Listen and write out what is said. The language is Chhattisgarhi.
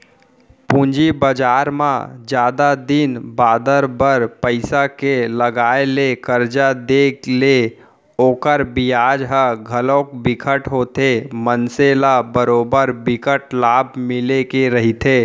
पूंजी बजार म जादा दिन बादर बर पइसा के लगाय ले करजा देय ले ओखर बियाज ह घलोक बिकट होथे मनसे ल बरोबर बिकट लाभ मिले के रहिथे